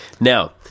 now